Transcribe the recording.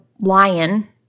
lion